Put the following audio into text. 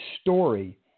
story